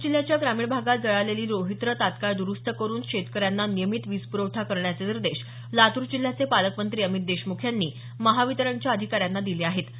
लातूर जिल्ह्याच्या ग्रामीण भागात जळालेली रोहीत्र तात्काळ दुरुस्त करून शेतकऱ्यांना नियमित वीजपुरवठा करण्याचे निर्देश लातूर जिल्ह्याचे पालकमंत्री अमित देशमुख यांनी महावितरणच्या अधिकाऱ्यांना दिले आहेत